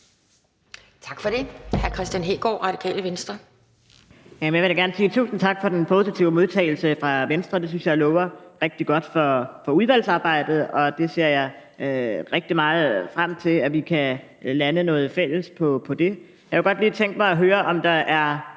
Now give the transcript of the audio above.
Venstre. Kl. 11:47 Kristian Hegaard (RV): Jeg vil da gerne sige tusind tak for den positive modtagelse fra Venstre. Det synes jeg lover rigtig godt for udvalgsarbejdet, og jeg ser rigtig meget frem til, at vi i fællesskab kan lande noget på det område. Jeg kunne godt lige tænke mig at høre, om der er